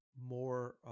more